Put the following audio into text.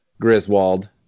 Griswold